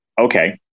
okay